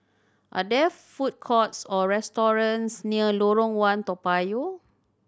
are there food courts or restaurants near Lorong One Toa Payoh